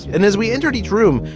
and as we entered each room,